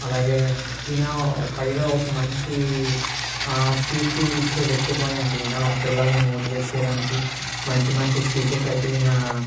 అలాగే ఈయన పైగా ఒక మంచి స్పీచ్ ఇచ్చే వ్యక్తి కూడా అండి ఈయన ఒక పిల్లల్ని మోటివేట్ చేయడానికి మంచి మంచి స్పీచెస్ అయితే ఈయన